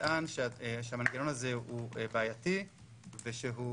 נטען שהמנגנון הזה הוא בעייתי ושהוא